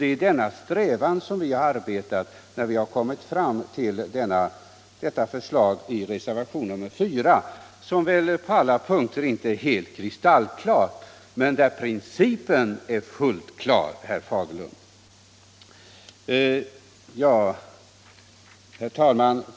Det är i denna strävan som vi har arbetat när vi har kommit fram till vårt förslag i reservationen 4, som väl på alla punkter visserligen inte är helt kristallklart utformad, men där principen är fullt klar, herr Fagerlund. Herr talman!